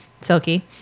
silky